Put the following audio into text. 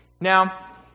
Now